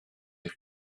eich